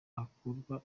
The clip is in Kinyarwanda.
akurwa